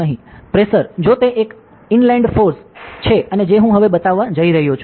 pressure જો તે એક ઇનલેંડ ફોર્સ છે અને જે હું હવે બતાવવા જઇ રહ્યો છું